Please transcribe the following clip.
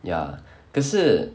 ya 可是